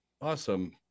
awesome